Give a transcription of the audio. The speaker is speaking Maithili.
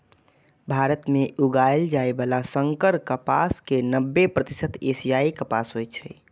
भारत मे उगाएल जाइ बला संकर कपास के नब्बे प्रतिशत एशियाई कपास होइ छै